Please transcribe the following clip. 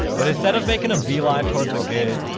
but instead of making a beeline towards the goods,